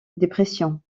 dépression